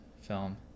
film